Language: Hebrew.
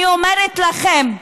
אני אומרת לכם: